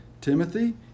Timothy